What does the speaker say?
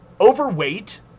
overweight